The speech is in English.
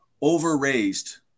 over-raised